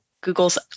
Google's